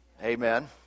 Amen